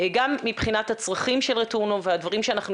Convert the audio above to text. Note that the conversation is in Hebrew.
גם מבחינת הצרכים של רטורנו והדברים שאנחנו